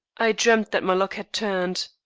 i dreamt that my luck had turned.